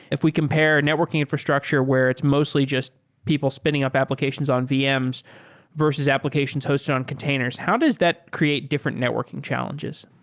if we compare networking infrastructure where it's mostly just people spinning up applications on vms versus applications hosted on containers, how does that create different networking challenges?